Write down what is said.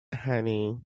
Honey